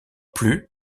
plus